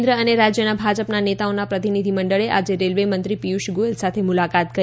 કેન્દ્ર અને રાજ્યના ભાજપના નેતાઓના પ્રતિનિધિ મંડળએ આજે રેલ્વે મંત્રી પિયુષ ગોયલ સાથે મુલાકાત કરી